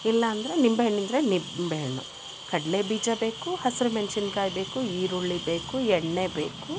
ಇಲ್ಲ ಅಂದರೆ ಲಿಂಬೆ ಹಣ್ಣಿದ್ದರೆ ಲಿಂಬೆಹಣ್ಣು ಕಡಲೆ ಬೀಜ ಬೇಕು ಹಸಿರು ಮೆಣ್ಸಿನ್ಕಾಯಿ ಬೇಕು ಈರುಳ್ಳಿ ಬೇಕು ಎಣ್ಣೆ ಬೇಕು